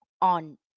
on